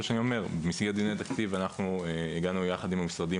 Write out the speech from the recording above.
במסגרת דיוני התקציב הגענו יחד עם המשרדים